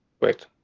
Wait